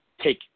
take